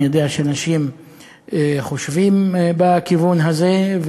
אני יודע שאנשים חושבים בכיוון הזה,